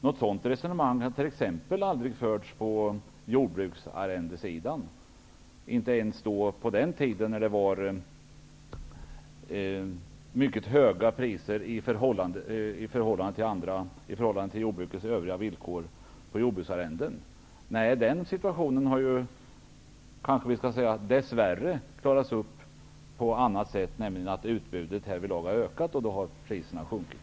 Ett sådant resonemang har t.ex. aldrig förts när det gäller jordbruksarrenden, inte ens när priserna på jordbruksarrenden var mycket höga i förhållande till jordbrukets övriga villkor. Den situationen har, dess värre, klarats upp på annat sätt, nämligen genom att utbudet har ökat och priserna sjunkit.